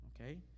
Okay